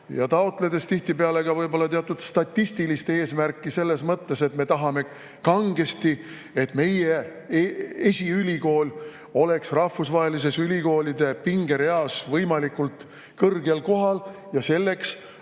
Ja taotledes tihtipeale võib-olla ka teatud statistilist eesmärki, selles mõttes, et me tahame kangesti, et meie esiülikool oleks rahvusvahelises ülikoolide pingereas võimalikult kõrgel kohal, ja selleks